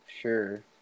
sure